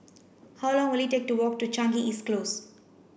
how long will it take to walk to Changi East Close